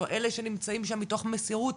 אלה שנמצאים שם מתוך מסירות